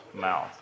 mouth